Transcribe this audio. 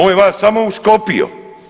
On je vas sam uškopio.